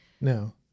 No